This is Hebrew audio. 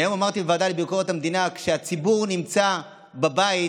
היום אמרתי בוועדה לביקורת המדינה: כשהציבור נמצא בבית